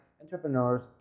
entrepreneurs